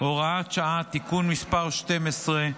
(הוראת שעה) (תיקון מס' 12),